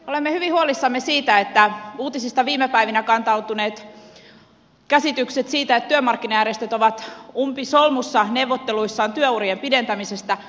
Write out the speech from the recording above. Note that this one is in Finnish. olemme hyvin huolissamme siitä että uutisista on viime päivinä kantautunut käsityksiä että työmarkkinajärjestöt ovat umpisolmussa neuvotteluissaan työurien pidentämisestä